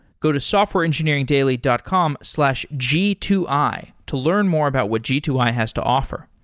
go to softwareengineeringdaily dot com slash g two i to learn more about what g two i has to offer.